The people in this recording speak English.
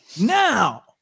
now